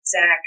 Zach